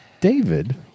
David